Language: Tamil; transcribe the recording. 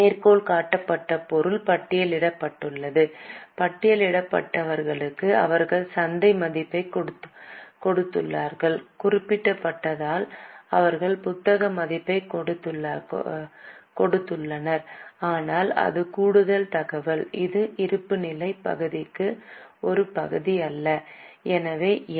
மேற்கோள் காட்டப்பட்ட பொருள் பட்டியலிடப்பட்டுள்ளது பட்டியலிடப்பட்டவர்களுக்கு அவர்கள் சந்தை மதிப்பைக் கொடுத்துள்ளனர் குறிப்பிடப்படாததால் அவர்கள் புத்தக மதிப்பைக் கொடுத்துள்ளனர் ஆனால் இது கூடுதல் தகவல் இது இருப்புநிலைப் பகுதியின் ஒரு பகுதி அல்ல எனவே என்